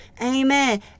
Amen